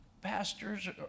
Pastors